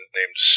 named